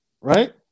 right